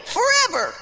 Forever